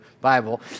Bible